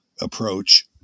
approach